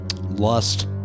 Lust